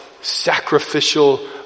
sacrificial